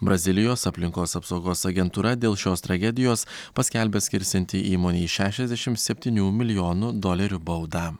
brazilijos aplinkos apsaugos agentūra dėl šios tragedijos paskelbė skirsianti įmonei šešiasdešimt septynių milijonų dolerių baudą